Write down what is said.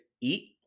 eat